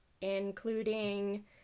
including